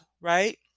Right